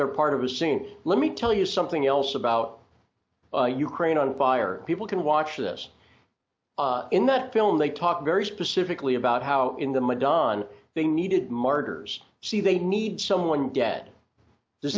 they're part of a scene let me tell you something else about ukraine on fire people can watch this in the film they talk very specifically about how in the mud don they needed martyrs see they need someone dead does